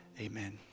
amen